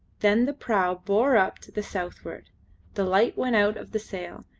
then the prau bore up to the southward the light went out of the sail,